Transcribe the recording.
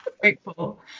grateful